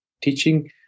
teaching